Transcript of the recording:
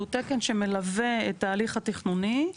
שהוא תקן שמלווה את ההליך התכנוני,